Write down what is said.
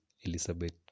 Elizabeth